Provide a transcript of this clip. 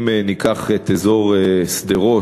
אם ניקח את אזור שדרות,